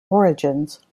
origins